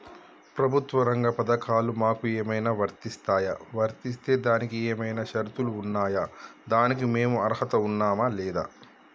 ప్రభుత్వ రంగ పథకాలు మాకు ఏమైనా వర్తిస్తాయా? వర్తిస్తే దానికి ఏమైనా షరతులు ఉన్నాయా? దానికి మేము అర్హత ఉన్నామా లేదా?